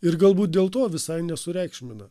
ir galbūt dėl to visai nesureikšmina